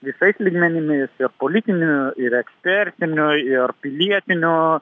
visais lygmenimis politiniu ir ekspertiniu ir pilietiniu